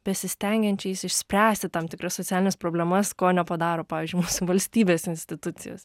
besistengiančiais išspręsti tam tikras socialines problemas ko nepadaro pavyzdžiui mūsų valstybės institucijos